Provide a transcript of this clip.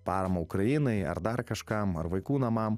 paramą ukrainai ar dar kažkam ar vaikų namam